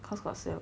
cause got sale